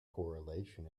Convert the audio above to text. correlation